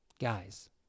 Guys